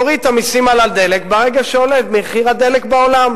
תוריד את המסים על הדלק ברגע שעולה מחיר הדלק בעולם.